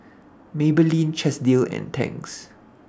Maybelline Chesdale and Tangs